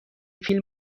فیلم